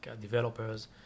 developers